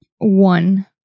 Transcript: One